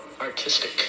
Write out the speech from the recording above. artistic